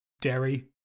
Derry